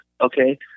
okay